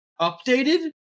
updated